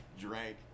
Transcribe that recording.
drank